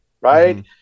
right